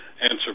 answer